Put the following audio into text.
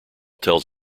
tells